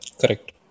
Correct